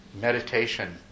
meditation